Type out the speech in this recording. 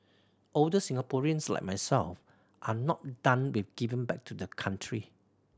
older Singaporeans like myself are not done with giving back to the country